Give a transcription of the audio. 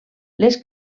les